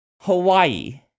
Hawaii